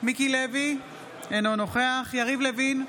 מיקי לוי, אינו נוכח יריב לוין,